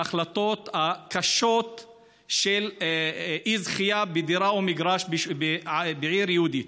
ההחלטות הקשות של אי-זכייה בדירה או מגרש בעיר יהודית.